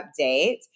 update